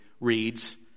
reads